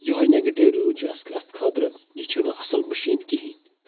یِہوے negative review چھُ اَسہِ اتھ خٲطرٕ یہِ چھُ نہٕ اَصٕل مِشیٖن کِہینۍ